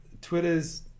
twitter's